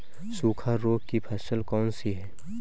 सूखा रोग की फसल कौन सी है?